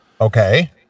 Okay